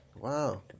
Wow